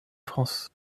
france